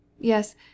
Yes